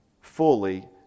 fully